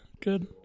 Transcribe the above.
good